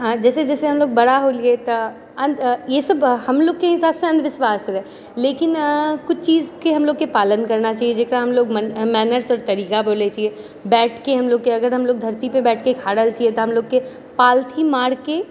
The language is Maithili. जहिसँ जइसे हमलोग बड़ा होलियै त ईसब हमलोग के हिसाबसँ अन्धविशवास रहै लेकिन कुछ चीजके हमलोगोके पालन करना चाहिए जेकरा हमलोग मैनर्स आओर तरीका बोलै छियै बैठके हमलोग के अगर हमलोग धरती पर बैठके खा रहल छियै तऽ हमलोगके पालथी मारके